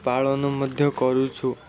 ପାଳନ ମଧ୍ୟ କରୁଛୁ